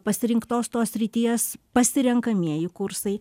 pasirinktos tos srities pasirenkamieji kursai